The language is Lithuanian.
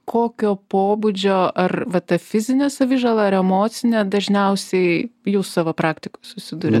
kokio pobūdžio ar va ta fizine savižala ar emocine dažniausiai jūs savo praktikoj susiduriat